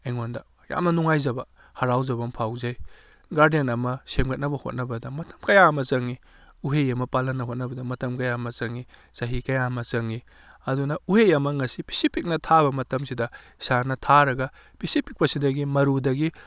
ꯑꯩꯉꯣꯟꯗ ꯌꯥꯝꯅ ꯅꯨꯡꯉꯥꯏꯖꯕ ꯍꯥꯔꯥꯎꯖꯕ ꯑꯃ ꯐꯥꯎꯖꯩ ꯒꯥꯔꯗꯦꯟ ꯑꯃ ꯁꯦꯝꯒꯠꯅꯕ ꯍꯣꯠꯅꯕꯗ ꯃꯇꯝ ꯀꯌꯥ ꯑꯃ ꯆꯪꯏ ꯎꯍꯩ ꯑꯃ ꯄꯥꯜꯍꯟꯅ ꯍꯣꯠꯅꯕꯗ ꯃꯇꯝ ꯀꯌꯥ ꯑꯃ ꯆꯪꯏ ꯆꯍꯤ ꯀꯌꯥ ꯑꯃ ꯆꯪꯏ ꯑꯗꯨꯅ ꯎꯍꯩ ꯑꯃ ꯉꯁꯤ ꯄꯤꯁꯛ ꯄꯤꯛꯅ ꯊꯥꯕ ꯃꯇꯝꯁꯤꯗ ꯏꯁꯥꯅ ꯊꯥꯔꯒ ꯄꯤꯁꯛ ꯄꯤꯛꯄꯁꯤꯗꯒꯤ ꯃꯔꯨꯗꯒꯤ